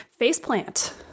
Faceplant